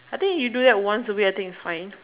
I think you do that once a week I think it's fine